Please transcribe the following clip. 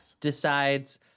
decides